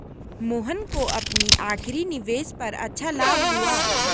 मोहन को अपनी आखिरी निवेश पर अच्छा लाभ हुआ